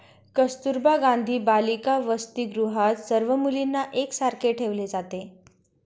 कस्तुरबा गांधी बालिका वसतिगृहात सर्व मुलींना एक सारखेच ठेवले जाते